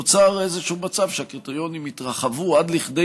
נוצר איזשהו מצב שהקריטריונים התרחבו עד לכדי